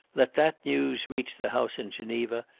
let that news reach the house in geneva,